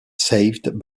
saved